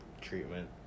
treatment